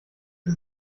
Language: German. ist